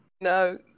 No